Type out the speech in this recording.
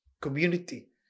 Community